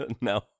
No